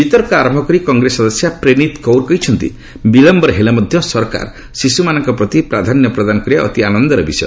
ବିତର୍କ ଆରମ୍ଭ କରି କଂଗ୍ରେସ ସଦସ୍ୟା ପ୍ରେନୀତ କୌର କହିଛନ୍ତି ବିଳମ୍ଘରେ ହେଲେ ମଧ୍ୟ ସରକାର ଶିଶୁମାନଙ୍କ ପ୍ରତି ପ୍ରାଧାନ୍ୟ ପ୍ରଦାନ କରିବା ଅତି ଆନନ୍ଦର ବିଷୟ